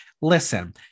Listen